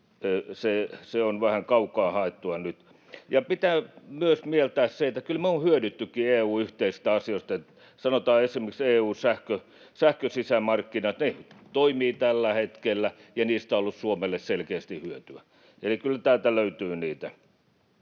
Se on vähän kaukaa haettua nyt. Pitää myös mieltää se, että kyllä me on hyödyttykin EU:n yhteisistä asioista. Sanotaan esimerkiksi EU:n sähkön sisämarkkinat: ne toimivat tällä hetkellä ja niistä on ollut Suomelle selkeästi hyötyä. Kyllä täältä löytyy niitä.